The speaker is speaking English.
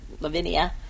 Lavinia